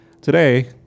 today